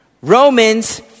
Romans